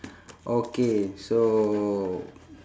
okay so